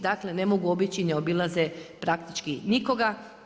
Dakle, ne mogu obići, ne obilaze praktički nikoga.